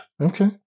okay